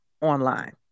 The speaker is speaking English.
online